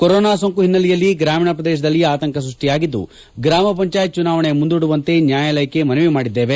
corona ಸೋಂಕು ಹಿನ್ನೆಲೆಯಲ್ಲಿ ಗ್ರಾಮೀಣ ಪ್ರದೇಶದಲ್ಲಿ ಆತಂಕ ಸೃಷ್ಟಿಯಾಗಿದ್ದು ಗ್ರಾಮ ಪಂಚಾಯತ್ ಚುನಾವಣೆ ಮುಂದೂಡುವಂತೆ ನ್ಯಾಯಾಲಯಕ್ಕೆ ಮನವಿ ಮಾಡಿದ್ದೇವೆ